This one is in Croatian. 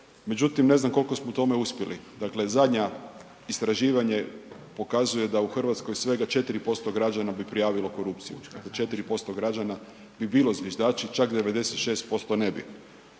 međutim ne znam koliko smo u tome uspjeli. Dakle, zadnja istraživanja pokazuje da u Hrvatskoj svega 4% građana bi prijavilo korupciju, 4% građana bi bilo zviždači, čak 96% ne bi.